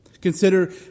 Consider